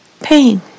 pain